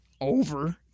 Over